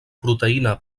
proteïna